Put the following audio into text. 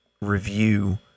review